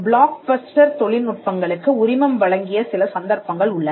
black Bastar தொழில்நுட்பங்களுக்கு உரிமம் வழங்கிய சில சந்தர்ப்பங்கள் உள்ளன